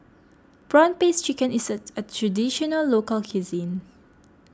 Prawn Paste Chicken is a Traditional Local Cuisine